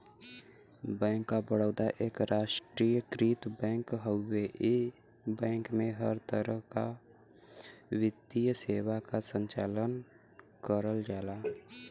bank of Baroda एक राष्ट्रीयकृत bank हउवे इ बैंक में हर तरह क वित्तीय सेवा क संचालन करल जाला